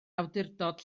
awdurdod